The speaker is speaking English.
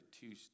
Tuesday